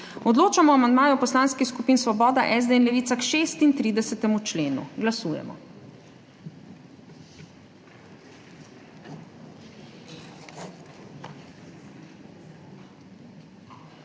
Odločamo o amandmaju poslanskih skupin Svoboda, SD in Levica k 35. členu. Glasujemo.